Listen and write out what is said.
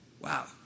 Wow